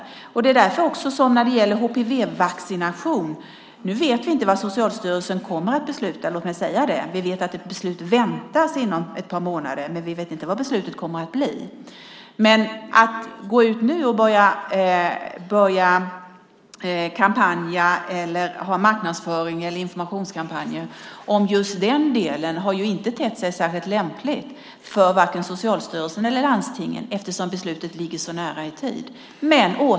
Nu vet vi inte vad Socialstyrelsen kommer att besluta om HPV-vaccination. Vi vet att ett beslut väntas inom ett par månader, men vi vet inte vad beslutet kommer att bli. Men att gå ut nu och marknadsföra eller ha informationskampanjer om just den delen har inte tett sig särskilt lämpligt för vare sig Socialstyrelsen eller landstingen eftersom beslutet ligger så nära i tid.